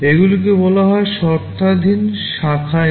এগুলিকে বলা হয় শর্তাধীন শাখা INSTRUCTION